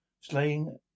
slaying